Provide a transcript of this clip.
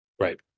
Right